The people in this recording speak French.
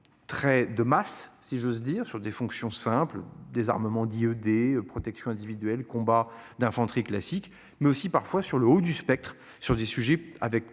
Très de masse, si j'ose dire sur des fonctions simples désarmement dit ED protection individuelle combat d'infanterie classique mais aussi parfois sur le haut du spectre sur des sujets avec